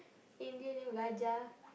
Indian name Raja